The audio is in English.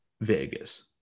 Vegas